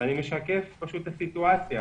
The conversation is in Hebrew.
ואני משקף את הסיטואציה.